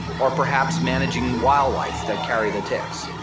or perhaps managing wildlife that carry the ticks,